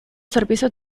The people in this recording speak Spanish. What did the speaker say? servicios